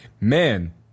man